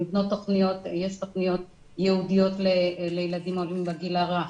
יש תוכניות ייעודיות לילדים עולים בגיל הרך,